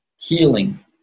healing